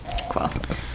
Cool